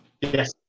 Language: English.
Yes